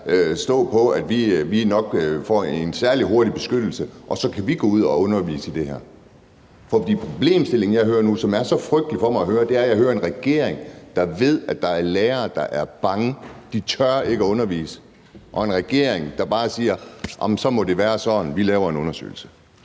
får gennemført, at vi får beskyttelse, og så kan vi gå ud og undervise i det her. For problemstillingen og det, som er så frygteligt for mig at høre, er, at vi har en regering, som ved, at der er lærere, der er bange og ikke tør undervise, og som så og siger: Så må det være sådan – vi laver en undersøgelse.